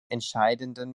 entscheidenden